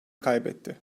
kaybetti